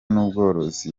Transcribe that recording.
n’ubworozi